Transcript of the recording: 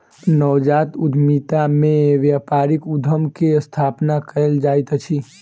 नवजात उद्यमिता में व्यापारिक उद्यम के स्थापना कयल जाइत अछि